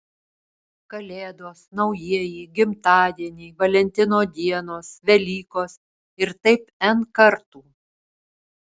kalėdos naujieji gimtadieniai valentino dienos velykos ir taip n kartų